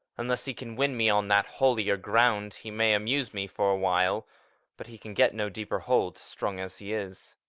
unless he can win me on that holier ground he may amuse me for a while but he can get no deeper hold, strong as he is.